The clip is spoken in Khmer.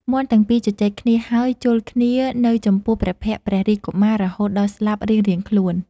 មាន់ទាំងពីរ ជជែកគ្នាហើយ ជល់គ្នានៅចំពោះព្រះភក្ត្រព្រះរាជកុមាររហូតដល់ស្លាប់រៀងៗខ្លួន ។